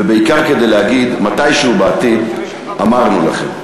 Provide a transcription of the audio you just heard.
ובעיקר כדי להגיד מתישהו בעתיד: אמרנו לכם.